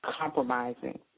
compromising